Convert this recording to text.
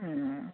हम्म